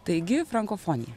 taigi frankofonija